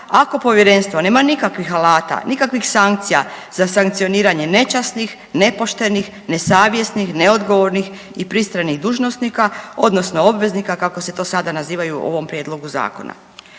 ako Povjerenstvo nema nikakvih alata, nikakvih sankcija za sankcioniranje nečasnih, nepoštenih, nesavjesnih, neodgovornih i pristranih dužnosnika odnosno obveznika kako se to sada nazivaju u ovom Prijedlogu zakona.